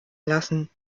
lassen